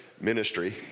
ministry